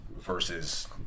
versus